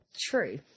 True